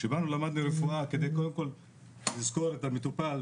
כשלמדנו רפואה זה היה כדי קודם כל לזכור את המטופל,